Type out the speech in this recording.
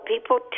people